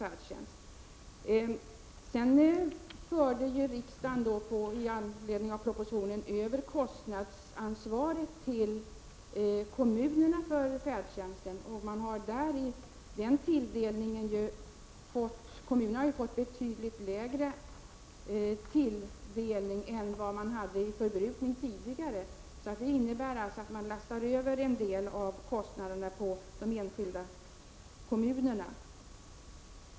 I enlighet med propositionsförslaget förde riksdagen över kostnadsansvaret för färdtjänsten till kommunerna. Kommunernas medelstilldelning är emellertid betydligt lägre än vad som motsvarar den tidigare förbrukningen. Detta innebär alltså att man lastat över en del av kostnaderna på de enskilda kommunerna.